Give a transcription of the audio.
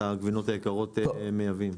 את הגבינות היקרות אנחנו מייבאים.